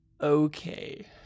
okay